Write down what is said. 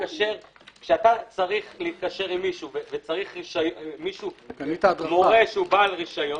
כשאתה צריך להתקשר עם מישהו וצריך מורה שהוא בעל רישיון,